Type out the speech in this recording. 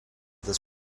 this